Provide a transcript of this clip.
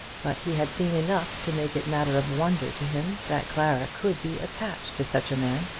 but he had seen enough to make it matter of wonder to him that clara could be attached to such a man.